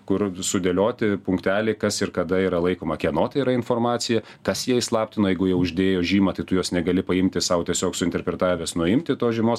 kur sudėlioti punkteliai kas ir kada yra laikoma kieno tai yra informacija kas ją įslaptino jeigu jau uždėjo žymą tai tu jos negali paimti sau tiesiog suinterpretavęs nuimti tos žymos